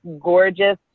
gorgeous